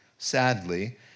sadly